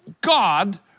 God